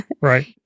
Right